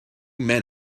men